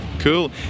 Cool